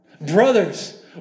Brothers